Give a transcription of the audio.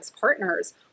partners